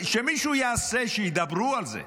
שמישהו יעשה, שידברו על זה.